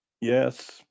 yes